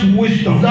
wisdom